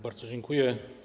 Bardzo dziękuję.